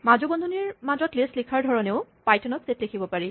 মাজু বন্ধনীৰ মাজত লিষ্ট লিখাৰ ধৰণেও পাইথনত ছেট লিখিব পাৰি